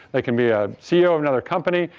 they can be a ceo of another company,